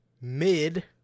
mid